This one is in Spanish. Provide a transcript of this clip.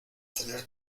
tener